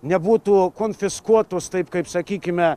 nebūtų konfiskuotos taip kaip sakykime